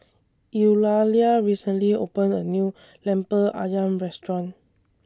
Eulalia recently opened A New Lemper Ayam Restaurant